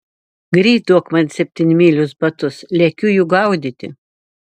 greit duok man septynmylius batus lekiu jų gaudyti